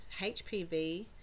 HPV